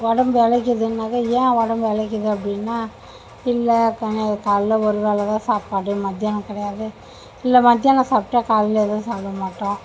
உடம்பு இளைக்கிதுனாக்கா ஏன் ஒடம்பு இளைக்கிது அப்படினா இல்லை காலைல ஒரு வேலைதான் சாப்பாடு மத்யானம் கிடையாது இல்லை மத்யானம் சாப்பிட்டா காலைல எதுவும் சாப்பிட மாட்டோம்